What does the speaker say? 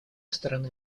стороны